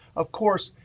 of course,